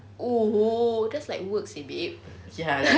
oo that's like work seh babe